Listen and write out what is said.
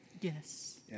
Yes